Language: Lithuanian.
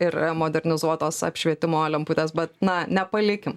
ir modernizuotos apšvietimo lemputes bet na nepalikim